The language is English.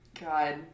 God